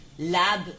Lab